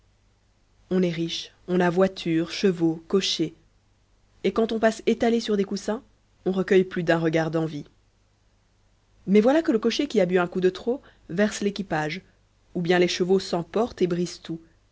on est riche on a voiture chevaux cocher et quand on passe étalé sur les coussins on recueille plus d'un regard d'envie mais voilà que le cocher qui a bu un coup de trop verse l'équipage ou bien les chevaux s'emportent et brisent tout